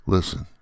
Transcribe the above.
Listen